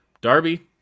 Darby